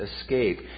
escape